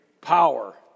power